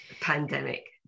pandemic